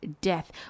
death